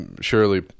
surely